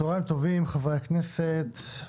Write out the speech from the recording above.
צהריים טובים, חברי הכנסת.